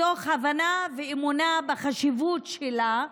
מתוך הבנה ואמונה בחשיבות שלה.